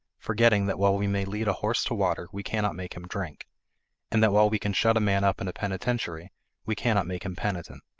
forgetting that while we may lead a horse to water we cannot make him drink and that while we can shut a man up in a penitentiary we cannot make him penitent.